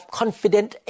confident